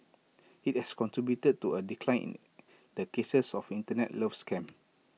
IT has contributed to A decline in the cases of Internet love scams